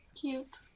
cute